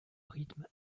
rythme